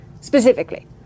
Specifically